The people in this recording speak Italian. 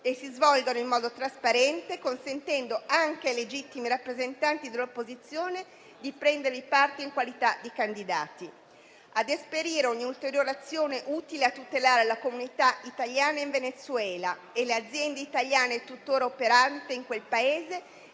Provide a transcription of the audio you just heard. e si svolgano in modo trasparente, consentendo anche ai legittimi rappresentanti dell'opposizione di prendervi parte in qualità di candidati; a esperire ogni ulteriore azione utile a tutelare la comunità italiana in Venezuela e le aziende italiane tuttora operanti in quel Paese